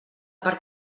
per